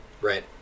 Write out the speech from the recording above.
Right